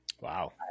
Wow